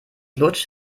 lutscht